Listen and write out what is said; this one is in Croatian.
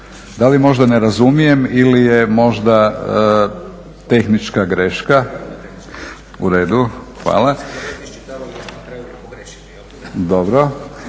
Da li možda ne razumijem ili je možda tehnička greška? … /Upadica: